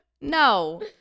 No